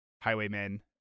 Highwaymen